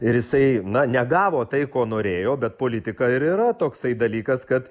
ir jisai na negavo tai ko norėjo bet politika ir yra toksai dalykas kad